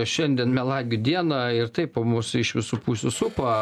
šiandien melagių dieną ir taip mus iš visų pusių supa